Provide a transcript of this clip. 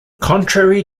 contrary